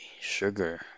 sugar